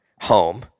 home